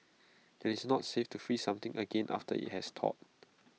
IT is not safe to freeze something again after IT has thawed